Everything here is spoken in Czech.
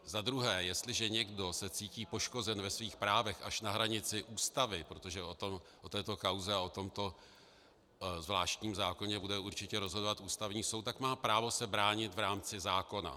Zadruhé, jestliže někdo se cítí poškozen ve svých právech až na hranici Ústavy, protože o této kauze a o tomto zvláštní zákoně bude určitě rozhodovat Ústavní soud, tak má právo se bránit v rámci zákona.